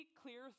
clear